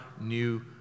new